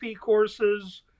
courses